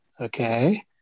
Okay